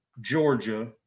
Georgia